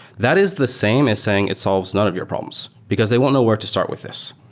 that is the same as saying it solves none of your problems, because they won't know where to start with this.